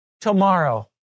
tomorrow